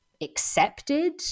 accepted